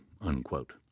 unquote